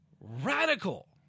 radical